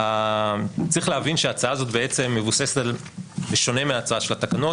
צריך להבין שההצעה הזאת בעצם מבוססת על בשונה מההצעה של התקנות,